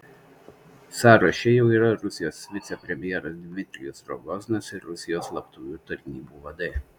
sąraše jau yra rusijos vicepremjeras dmitrijus rogozinas ir rusijos slaptųjų tarnybų vadai